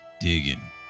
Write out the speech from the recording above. digging